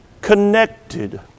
connected